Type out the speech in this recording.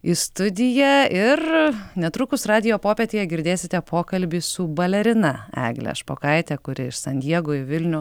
į studiją ir netrukus radijo popietėje girdėsite pokalbį su balerina egle špokaite kuri iš san diego į vilnių